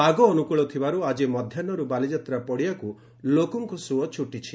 ପାଗ ଅନୁକ୍କଳ ଥିବାରୁ ଆଜି ମଧ୍ଧାହୁରୁ ବାଲିଯାତ୍ରା ପଡ଼ିଆକୁ ଲୋକଙ୍ଙ ସୁଅ ଛୁଟିଛନ୍ତି